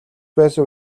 байсан